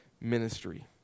ministry